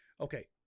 okay